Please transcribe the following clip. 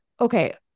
Okay